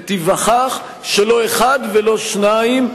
ותיווכח שלא אחד ולא שניים,